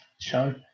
Show